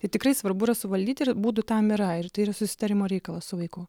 tai tikrai svarbu yra suvaldyti ir būdų tam yra ir tai yra susitarimo reikalas su vaiku